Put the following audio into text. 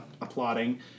applauding